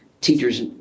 teachers